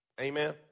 Amen